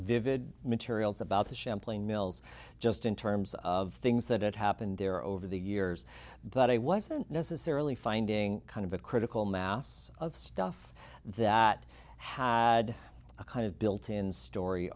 vivid materials about the champlain mills just in terms of things that had happened there over the years but i wasn't necessarily finding kind of a critical mass of stuff that had a kind of built in story